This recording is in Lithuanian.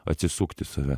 atsisukt į save